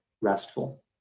restful